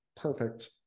perfect